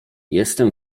jestem